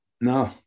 No